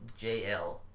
JL